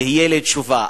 תהיה לי תשובה,